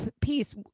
piece